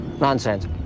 Nonsense